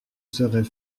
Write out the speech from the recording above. serait